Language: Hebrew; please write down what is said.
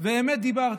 ואמת דיברתי.